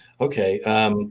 okay